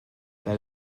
that